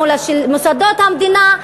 מול מוסדות המדינה.